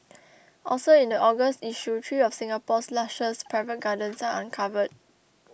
also in the August issue three of Singapore's lushest private gardens are uncovered